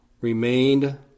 remained